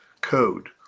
code